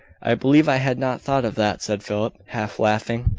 i believe i had not thought of that, said philip, half laughing.